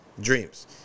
dreams